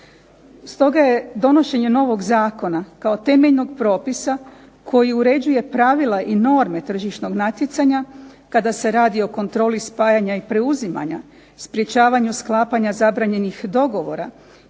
Stoga je donošenje novog zakona kao temeljnog propisa koji uređuje pravila i norme tržišnog natjecanja kada se radi o kontroli spajanja i preuzimanja, sprečavanju sklapanja zabranjenih dogovora